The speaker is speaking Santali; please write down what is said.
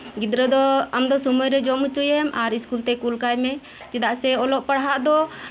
ᱜᱤᱫᱽᱨᱟᱹ ᱫᱚ ᱟᱢ ᱫᱚ ᱥᱚᱢᱚᱭ ᱨᱮ ᱡᱚᱢ ᱦᱚᱪᱚᱭᱮᱢ ᱟᱨ ᱤᱥᱠᱩᱞ ᱛᱮ ᱠᱩᱞ ᱠᱟᱭᱢᱮ ᱪᱮᱫᱟᱜ ᱥᱮ ᱚᱞᱚᱜ ᱯᱟᱲᱦᱟᱜ ᱫᱚ